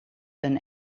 een